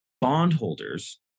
bondholders